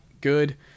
good